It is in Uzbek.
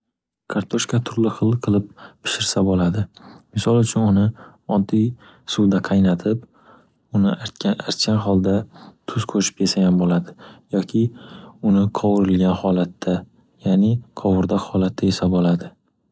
Kartoshka turli xil qilib pishirsa bo'ladi, misol uchun uni oddiy suvda qaynatib, uni artgan- archgan holda tuz qo'shib yesa ham bo'ladi, yoki uni qovurilgan holatda, yaʼni qovurdoq holatda yesa bo'ladi.